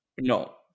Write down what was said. No